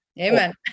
Amen